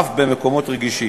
אף במקומות רגישים.